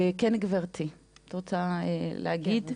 כן גברתי, את רוצה להגיד משהו?